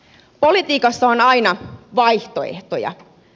politiikassa on aina vaihtoehtoja